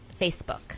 Facebook